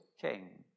king